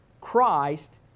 Christ